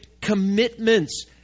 commitments